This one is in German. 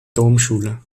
domschule